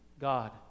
God